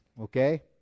okay